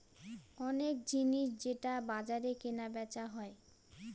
অনেক জিনিস যেটা বাজারে কেনা বেচা হয়